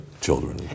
children